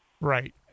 Right